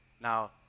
Now